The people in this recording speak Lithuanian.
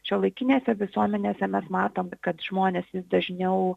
šiuolaikinėse visuomenėse mes matom kad žmonės vis dažniau